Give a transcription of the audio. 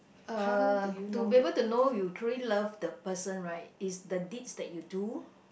uh to be able to know you truly love the person right is the deeds that you do